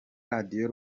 radiyo